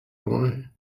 boy